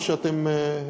או שאתם,